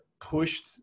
pushed